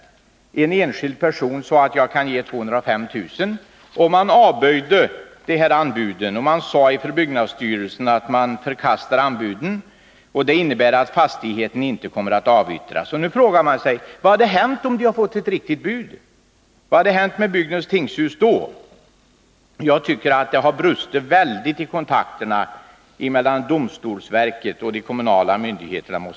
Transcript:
En enskild person svarade att han kunde ge 205 000 kr. Byggnadsstyrelsen förkastade dessa anbud. Det innebär att fastigheten inte kommer att avyttras. Men då frågar man sig: Vad hade hänt om det kommit ett bra anbud? Vad hade då hänt med bygdens tingshus? Jag måste säga att det brustit väldigt mycket i kontakterna mellan domstolsverket och de kommunala myndigheterna.